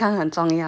ya 健康很重要